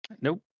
Nope